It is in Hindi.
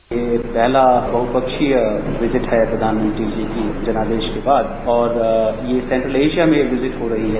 ये पहला बहुपक्षीय विजिट है प्रधानमंत्री जी की जनादेश के बाद और ये सैंट्रल एशिया में विजिट हो रही है